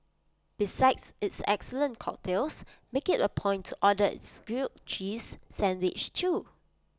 besides its excellent cocktails make IT A point to order its grilled cheese sandwich too